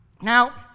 Now